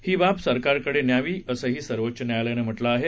ही बाब सरकारकडे न्यावी असंही सर्वोच्च न्यायालयानं म्हटलं आहे